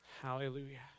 Hallelujah